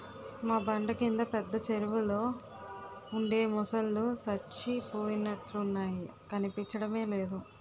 మా బండ కింద పెద్ద చెరువులో ఉండే మొసల్లు సచ్చిపోయినట్లున్నాయి కనిపించడమే లేదు